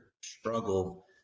struggle